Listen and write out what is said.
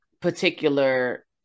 particular